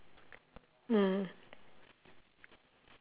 mm